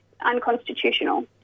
unconstitutional